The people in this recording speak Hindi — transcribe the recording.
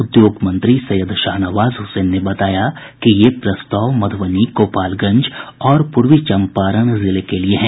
उद्योग मंत्री सैयद शाहनवाज हुसैन ने बताया कि ये प्रस्ताव मध्रबनी गोपालगंज और पूर्वी चम्पारण जिले के लिए हैं